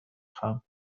خواهم